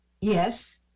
yes